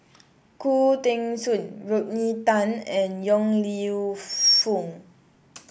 Khoo Teng Soon Rodney Tan and Yong Lew Foong